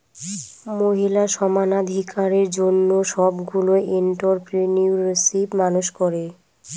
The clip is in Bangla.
মহিলা সমানাধিকারের জন্য সবগুলো এন্ট্ররপ্রেনিউরশিপ মানুষ করে